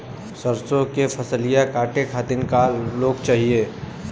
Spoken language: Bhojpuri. सरसो के फसलिया कांटे खातिन क लोग चाहिए?